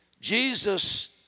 Jesus